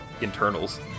internals